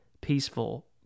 peaceful